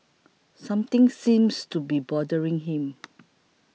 something seems to be bothering him